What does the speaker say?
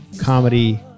Comedy